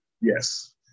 Yes